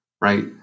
right